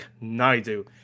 naidu